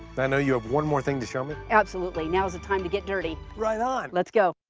i know you have one more thing to show me. absolutely. now is the time to get dirty. right on! let's go.